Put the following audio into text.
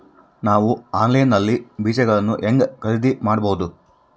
ನಾವು ಆನ್ಲೈನ್ ನಲ್ಲಿ ಬೇಜಗಳನ್ನು ಹೆಂಗ ಖರೇದಿ ಮಾಡಬಹುದು?